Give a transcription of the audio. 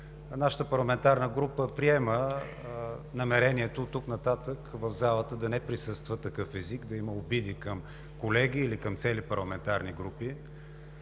Нашата парламентарна група приема намерението оттук нататък в залата да не присъства такъв език – да има обиди към колеги или към цели парламентарни групи.